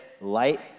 light